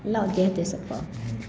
लाउ जे हेतै से कहबै